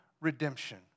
redemption